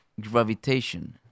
gravitation